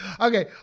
Okay